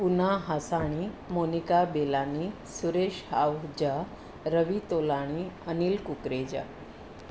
Una Hasani Monika Belani Suresh Ahuja Ravi Tolani Anil Kukreja